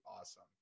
awesome